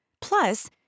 plus